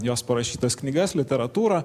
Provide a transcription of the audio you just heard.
jos parašytas knygas literatūrą